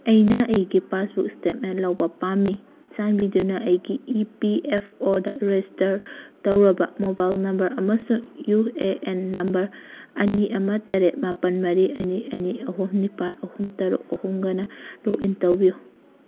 ꯑꯩꯅ ꯑꯩꯒꯤ passbook statement ꯂꯧꯕ ꯄꯥꯝꯃꯤ ꯆꯥꯟꯕꯤꯗꯨꯅ ꯑꯩꯒꯤ ꯏ ꯄꯤ ꯑꯦꯐ ꯑꯣꯗ ꯔꯦꯁꯇꯔ ꯇꯧꯔꯕ ꯃꯣꯕꯥꯏꯜ ꯅꯝꯕꯔ ꯑꯃꯁꯨꯡ ꯌꯨ ꯑꯦ ꯑꯦꯟ ꯅꯝꯕꯔ ꯑꯅꯤ ꯑꯃ ꯇꯔꯦꯠ ꯃꯥꯄꯜ ꯃꯔꯤ ꯑꯅꯤ ꯑꯅꯤ ꯑꯍꯨꯝ ꯅꯤꯄꯥꯜ ꯑꯍꯨꯝ ꯇꯔꯨꯛ ꯑꯍꯨꯝꯒꯅ ꯂꯣꯛꯏꯟ ꯇꯧꯕꯤꯌꯨ